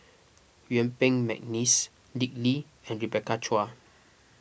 Yuen Peng McNeice Dick Lee and Rebecca Chua